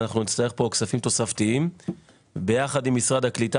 אנחנו נצטרך פה כספים תוספתיים ביחד עם משרד הקליטה,